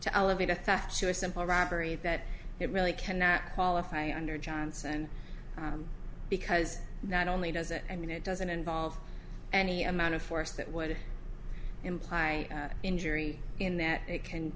to elevate a theft sure simple robbery that it really cannot qualify under johnson because not only does it i mean it doesn't involve any amount of force that would imply injury in that it can